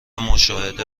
مشاهده